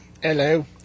Hello